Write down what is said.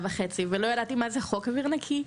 לא ידעתי מה זה חוק אוויר נקי,